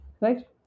Right